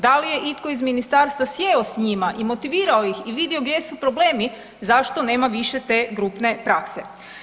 Da li je itko iz ministarstva sjeo s njima i motivirao ih i vidio gdje su problemi, zašto nema više te grupne prakse?